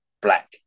black